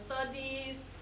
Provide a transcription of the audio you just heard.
studies